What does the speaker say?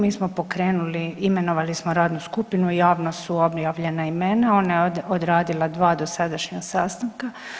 Mi smo pokrenuli i imenovali smo radnu skupinu i javno su objavljena imena, ona je odradila dva dosadašnja sastanka.